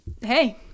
hey